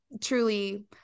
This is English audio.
truly